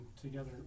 together